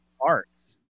arts